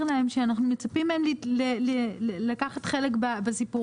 להם שאנחנו מצפים מהם לקחת חלק בסיפור.